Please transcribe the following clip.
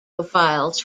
files